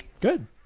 Good